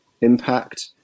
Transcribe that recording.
impact